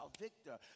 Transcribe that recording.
victor